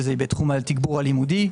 בתחום התגבור הלימודי,